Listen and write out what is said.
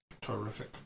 Terrific